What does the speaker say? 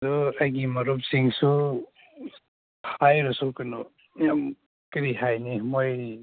ꯑꯗꯨ ꯑꯩꯒꯤ ꯃꯔꯨꯞꯁꯤꯡꯁꯨ ꯍꯥꯏꯔꯁꯨ ꯀꯩꯅꯣ ꯌꯥꯝ ꯀꯔꯤ ꯍꯥꯏꯅꯤ ꯃꯣꯏ